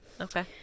Okay